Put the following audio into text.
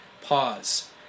pause